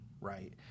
right